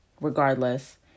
regardless